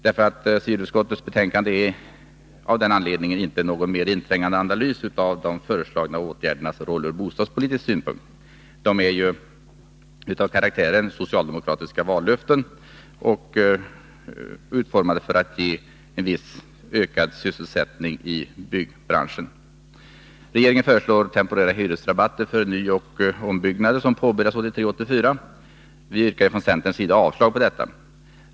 Civilutskottets betänkande är av den anledningen inte någon mera inträngande analys av de föreslagna åtgärdernas roll från bostadspolitisk synpunkt. De är av karaktären socialdemokratiska vallöften, utformade för att ge en viss ökad sysselsättning i byggbranschen. Regeringen föreslår temporära hyresrabatter för nyoch ombyggnader som påbörjas 1983 och 1984. Från centerns sida yrkar vi avslag på detta.